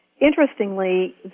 Interestingly